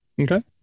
Okay